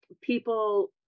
people